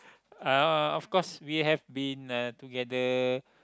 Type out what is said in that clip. uh of course we have been uh together